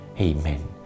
amen